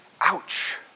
Ouch